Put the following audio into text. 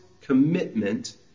commitment